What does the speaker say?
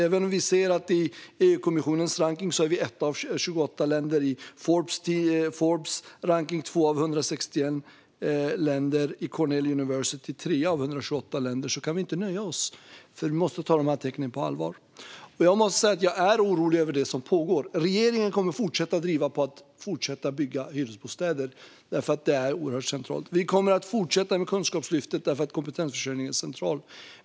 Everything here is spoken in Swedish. Även om vi kan se att Sverige i EU-kommissionens rankning är etta av 28 länder, i Forbes rankning tvåa av 161 länder och i Cornell Universitys trea av 128 länder kan vi inte nöja oss. Vi måste ta dessa tecken på allvar. Jag är orolig över det som pågår. Regeringen kommer även i fortsättningen att driva på att det byggs hyresbostäder, eftersom det är oerhört centralt. Vi fortsätter med Kunskapslyftet, eftersom kompetensförsörjningen är central.